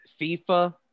FIFA